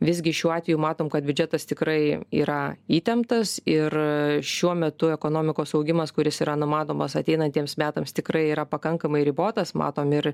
visgi šiuo atveju matom kad biudžetas tikrai yra įtemptas ir šiuo metu ekonomikos augimas kuris yra numatomas ateinantiems metams tikrai yra pakankamai ribotas matom ir